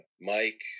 mike